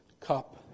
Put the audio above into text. cup